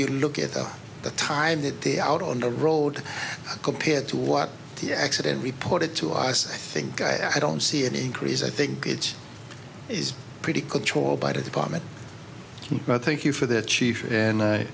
you look at the time that the out on the road compared to what the accident reported to us i think i don't see any increase i think it is pretty controlled by the department about thank you for that chief and